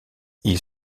ils